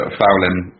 fouling